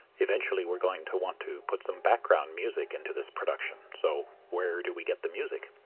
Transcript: eventually we're going to want to put some background music into this production. so where do we get the music?